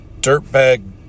Dirtbag